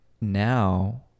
now